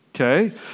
Okay